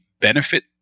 benefit